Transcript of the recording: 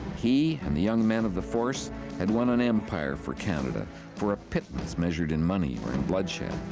he and the young men of the force had won an empire for canada for a pittance, measured in money or in bloodshed.